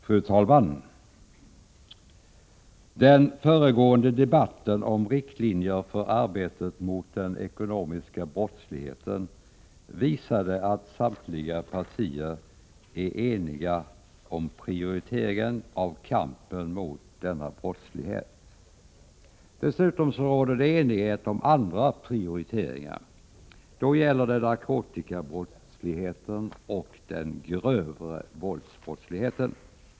Fru talman! Den föregående debatten om riktlinjer för arbetet mot den ekonomiska brottsligheten visade att samtliga partier är eniga om prioriteringen av kampen mot denna brottslighet. Dessutom råder det enighet om andra prioriteringar, och det gäller narkotikabrottsligheten och den grövre våldsbrottsligheten.